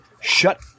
Shut